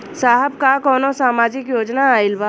साहब का कौनो सामाजिक योजना आईल बा?